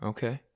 Okay